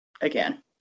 again